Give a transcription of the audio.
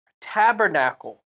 Tabernacle